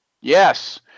Yes